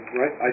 right